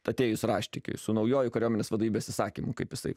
atėjus raštikiui su naujuoju kariuomenės vadovybės įsakymu kaip jisai